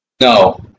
No